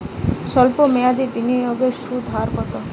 সল্প মেয়াদি বিনিয়োগের সুদের হার কত?